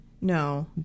No